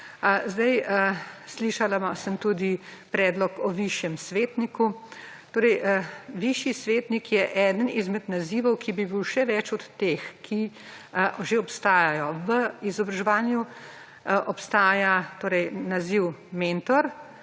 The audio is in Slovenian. Slišala sem tudi predlog o višjem svetniku. Torej, višji svetnik je eden izmed nazivov, ki bi bil še več od teh, ki že obstajajo. V izobraževanju obstaja naziv mentor,